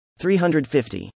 350